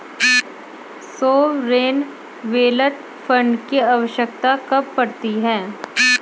Sovereign wealth fund की आवश्यकता कब पड़ती है?